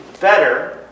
better